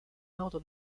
ordre